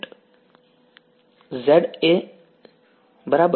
Za બરાબર